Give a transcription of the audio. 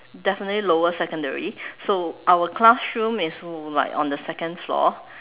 definitely lower secondary so our classroom is like on the second floor